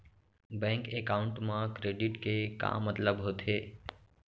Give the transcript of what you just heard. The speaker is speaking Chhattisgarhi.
बैंक एकाउंट मा क्रेडिट के का मतलब होथे?